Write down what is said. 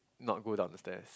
not go down the stairs